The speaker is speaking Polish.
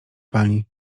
pani